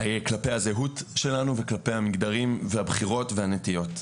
כלפי הזהות שלנו וכלפי המגדרים, הבחירות והנטיות.